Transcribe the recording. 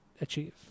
achieve